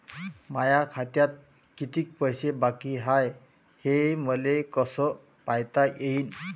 माया खात्यात कितीक पैसे बाकी हाय हे मले कस पायता येईन?